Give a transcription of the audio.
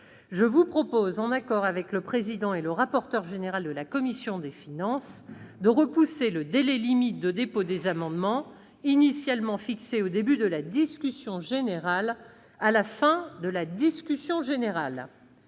je vous propose, en accord avec le président et le rapporteur général de la commission des finances, de repousser le délai limite de dépôt des amendements, initialement fixé au début de la discussion générale, à la fin de celle-ci. Il